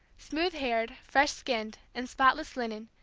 smooth-haired, fresh-skinned, in spotless linen,